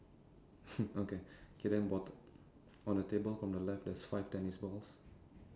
okay then okay bottom on the table from the left there's five tennis balls